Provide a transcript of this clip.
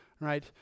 right